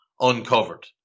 uncovered